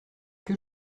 que